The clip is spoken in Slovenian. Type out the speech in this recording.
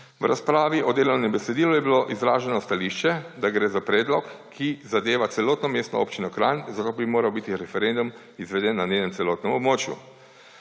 V razpravi o delovnem besedilu je bilo izraženo stališče, da gre za predlog, ki zadeva celotno Mestno občino Kranj, zato bi moral biti referendum izveden na njenem celotnem območju.